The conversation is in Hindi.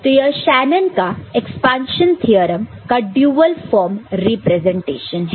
तो यह शेनन का एक्सपांशन थ्योरम का ड्युअल फॉर्म रिप्रेजेंटेशन है